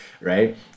Right